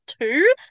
two